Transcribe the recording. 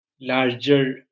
larger